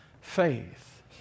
faith